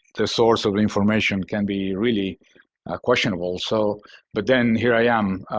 the source of information can be really questionable. so but then here i am,